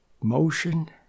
motion